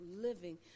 living